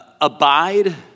abide